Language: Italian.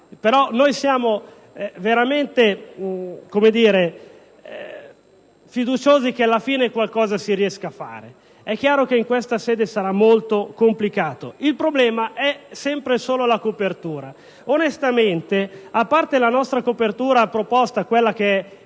però siamo veramente fiduciosi che, alla fine, qualcosa si riuscirà a fare. È chiaro che in questa sede sarà molto complicato: il problema è sempre e solo la copertura. Onestamente, a parte la copertura da noi proposta, quella